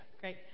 great